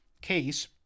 case